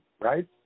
right